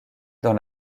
dans